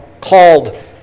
called